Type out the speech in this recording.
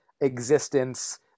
existence